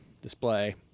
display